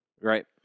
Right